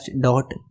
dot